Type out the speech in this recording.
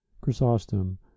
Chrysostom